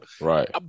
Right